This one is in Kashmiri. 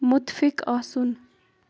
مُتفِق آسُن